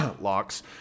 locks